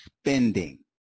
spending